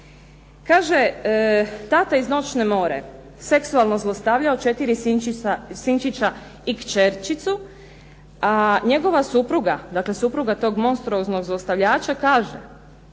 Kaže, tata iz noćne more seksualno zlostavljao četiri sinčića i kćerćicu, a njegova supruga, dakle supruga tog monstruoznog zlostavljača kaže: